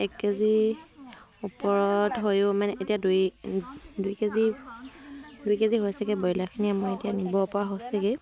এক কেজি ওপৰত হৈও মানে এতিয়া দুই দুই কেজি দুই কেজি হৈছেগৈ ব্ৰইলাৰখিনি আমৰ এতিয়া নিব পৰা হৈ হৈছেগৈয়ে